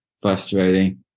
frustrating